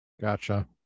Gotcha